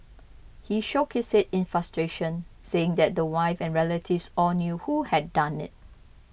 he shook his head in frustration saying that the wife and relatives all knew who had done it